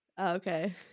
Okay